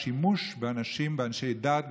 השימוש באנשי דת,